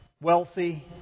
wealthy